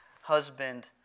husband